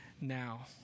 now